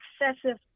excessive